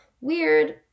weird